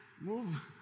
Move